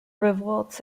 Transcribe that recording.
revolts